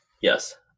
Yes